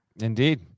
Indeed